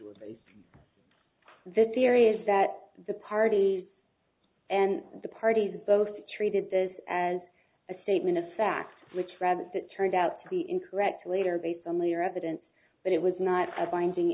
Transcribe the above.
was the theory is that the parties and the parties both treated this as a statement of fact which rather that turned out to be incorrect later based on lior evidence but it was not a finding